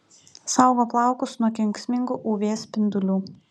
saugo plaukus nuo kenksmingų uv spindulių